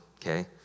okay